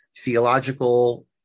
theological